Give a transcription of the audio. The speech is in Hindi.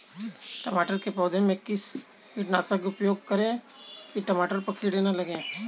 टमाटर के पौधे में किस कीटनाशक का उपयोग करें कि टमाटर पर कीड़े न लगें?